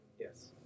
Yes